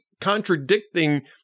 contradicting